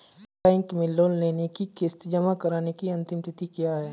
Bank में loan की किश्त जमा कराने की अंतिम तिथि क्या है?